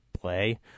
play